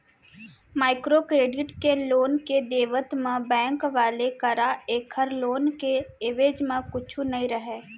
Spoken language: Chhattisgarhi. माइक्रो क्रेडिट के लोन के देवत म बेंक वाले करा ऐखर लोन के एवेज म कुछु नइ रहय